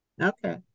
Okay